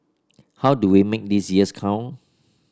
how do we make these years count